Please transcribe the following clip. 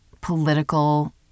political